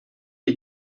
you